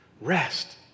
Rest